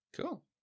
Cool